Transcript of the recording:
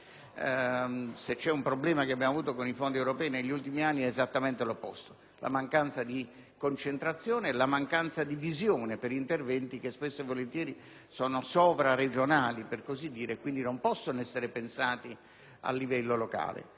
europei. Se c'è un problema che abbiamo avuto con i fondi europei negli ultimi anni è esattamente l'opposto: la mancanza di concentrazione e di visione per interventi che spesso e volentieri sono, per così dire, sovraregionali, che quindi non possono essere pensati a livello locale.